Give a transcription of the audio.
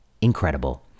incredible